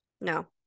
No